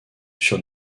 sur